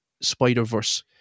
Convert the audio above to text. Spider-Verse